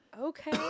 okay